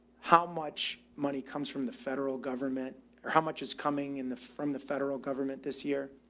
how much money comes from the federal government or how much is coming in the from the federal government this year?